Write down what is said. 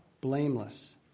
blameless